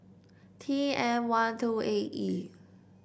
T M one two A E